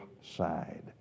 side